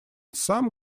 some